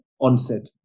onset